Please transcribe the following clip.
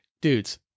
Dudes